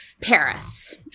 Paris